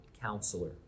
counselor